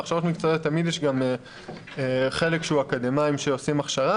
בהכשרות מקצועיות תמיד יש גם חלק שהם אקדמאים שעושים הכשרה,